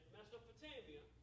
Mesopotamia